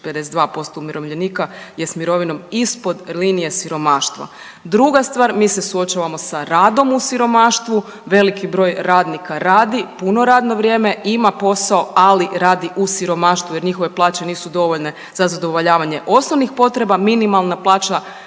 52% umirovljenika je ispod linije siromaštva. Druga stvar, mi se suočavamo sa radom u siromaštvu. Veliki broj radnika radi puno radno vrijeme, imao posao, ali radi u siromaštvu jer njihove plaće nisu dovoljne za zadovoljavanje osnovnih potreba. Minimalna plaća